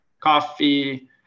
coffee